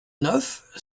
neuf